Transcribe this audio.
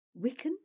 Wiccan